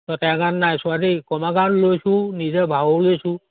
অঁ তেওগাঁৱত নাইছোৱা দেই কমাৰগাঁৱত লৈছোঁও নিজেও ভাওও লৈছোঁ